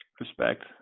respect